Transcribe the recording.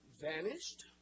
vanished